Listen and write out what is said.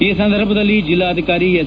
ಈ ಸಂದರ್ಭದಲ್ಲಿ ಜಿಲ್ಲಾಧಿಕಾರಿ ಎಸ್